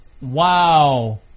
Wow